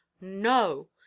No